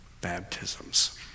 baptisms